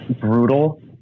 brutal